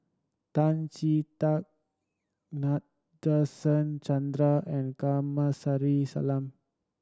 Tan Chee Teck Nadasen Chandra and Kamsari Salam